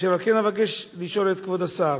אשר על כן, אבקש לשאול את כבוד השר: